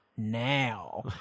Now